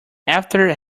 after